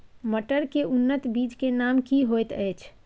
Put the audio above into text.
मटर के उन्नत बीज के नाम की होयत ऐछ?